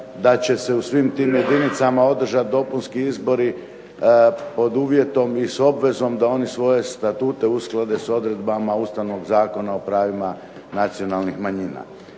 da će se u svim tim jedinicama održati dopunski izbori pod uvjetom i s obvezom da oni svoje statute usklade sa odredbama Ustavnog zakona o pravima nacionalnih manjina.